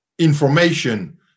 information